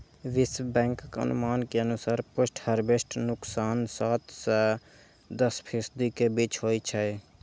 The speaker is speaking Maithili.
विश्व बैंकक अनुमान के अनुसार पोस्ट हार्वेस्ट नुकसान सात सं दस फीसदी के बीच होइ छै